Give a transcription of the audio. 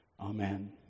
Amen